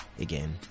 Again